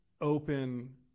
open